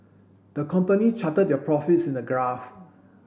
the company charted their profits in the graph